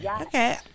Okay